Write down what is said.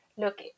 look